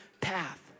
path